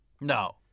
No